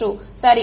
மாணவர் சரி